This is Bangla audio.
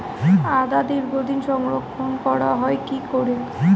আদা দীর্ঘদিন সংরক্ষণ করা হয় কি করে?